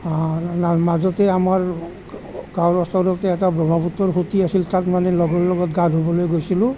মাজতে আমাৰ গাঁৱৰ ওচৰতে এটা ব্ৰহ্মপুত্ৰৰ সুঁতি আছিল তাত মানে লগৰ লগত গা ধুবলৈ গৈছিলোঁ